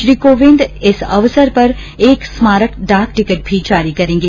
श्री कोविंद इस अवसर पर एक स्मारक डाक टिकट भी जारी करेंगे